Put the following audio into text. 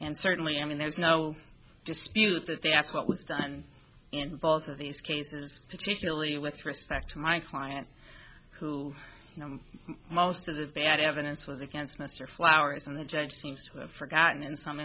and certainly i mean there's no dispute that that's what was done in both of these cases particularly with respect to my client who you know most of the bad evidence was against mr flowers and the judge seems to have forgotten in some